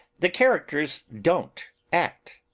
the characters don't act.